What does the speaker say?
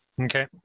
Okay